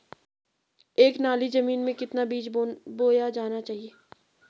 एक नाली जमीन में कितना बीज बोया जाना चाहिए?